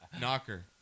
Knocker